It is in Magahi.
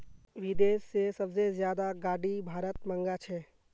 विदेश से सबसे ज्यादा गाडी भारत मंगा छे